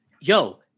Yo